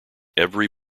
every